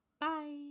Bye